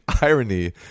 irony